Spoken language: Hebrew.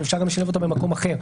אבל אפשר לשלב אותה גם במקום אחר.